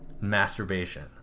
masturbation